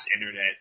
internet